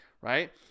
right